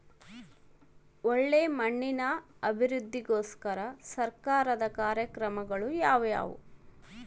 ಒಳ್ಳೆ ಮಣ್ಣಿನ ಅಭಿವೃದ್ಧಿಗೋಸ್ಕರ ಸರ್ಕಾರದ ಕಾರ್ಯಕ್ರಮಗಳು ಯಾವುವು?